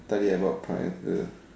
studied about prior to